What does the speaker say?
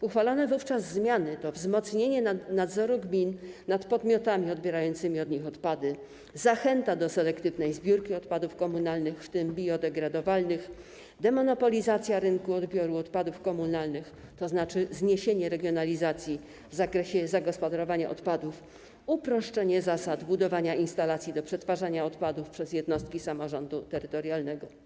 Uchwalone wówczas zmiany to wzmocnienie nadzoru gmin nad podmiotami odbierającymi od nich odpady, zachęta do selektywnej zbiórki odpadów komunalnych, w tym biodegradowalnych, demonopolizacja rynku odbioru odpadów komunalnych, tzn. zniesienie regionalizacji w zakresie zagospodarowania odpadów, uproszczenie zasad budowania instalacji do przetwarzania odpadów przez jednostki samorządu terytorialnego.